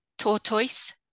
Tortoise